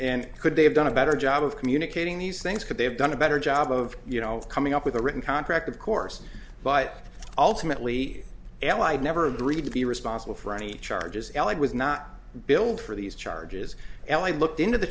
and could they have done a better job of communicating these things could they have done a better job of you know coming up with a written contract of course but ultimately allied never agreed to be responsible for any charges elad was not billed for these charges l i looked into the